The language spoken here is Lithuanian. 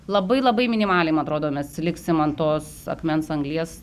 labai labai minimaliai man atrodo mes liksim ant tos akmens anglies